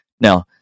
Now